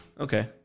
Okay